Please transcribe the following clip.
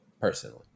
Personally